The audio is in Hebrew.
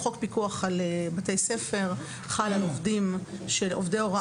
חוק פיקוח על בתי ספר חל על עובדי הוראה